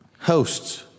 hosts